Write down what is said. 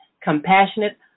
compassionate